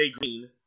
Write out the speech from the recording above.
Green